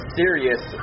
serious